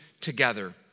together